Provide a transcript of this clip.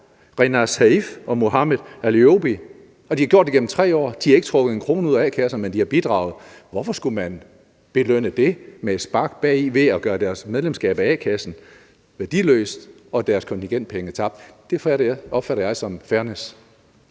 Renas Haif og Mohammad Alayoubi; de har gjort det igennem 3 år, og de har ikke trukket en krone ud af a-kassen, men de har bidraget. Hvorfor skulle man belønne det med et spark bagi ved at gøre deres medlemskab af a-kassen værdiløst og lade deres kontingentpenge være tabt? Det, vi gør, opfatter jeg som fairness.